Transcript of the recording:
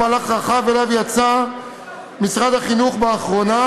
מהלך רחב שמשרד יצא אליו החינוך לאחרונה.